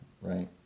right